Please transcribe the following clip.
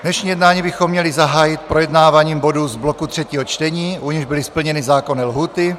Dnešní jednání bychom měli zahájit projednáváním bodů z bloku třetího čtení, u nichž byly splněny zákonné lhůty.